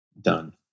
done